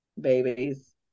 babies